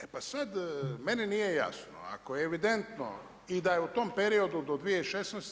E pa sada meni nije jasno ako je evidentno i da je u tom periodu do 2016.